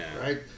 right